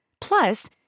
Plus